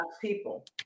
people